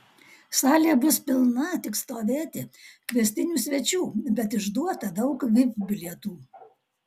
salė bus pilna tik stovėti kviestinių svečių bet išduota daug vip bilietų